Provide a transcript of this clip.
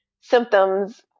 symptoms